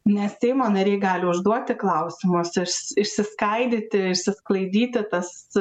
nes seimo nariai gali užduoti klausimus ir išsiskaidyti išsisklaidyti tas